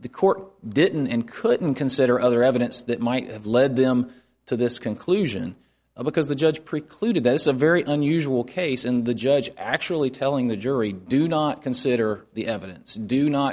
the court didn't and couldn't consider other evidence that might have led them to this conclusion because the judge precluded this a very unusual case in the judge actually telling the jury do not consider the evidence do not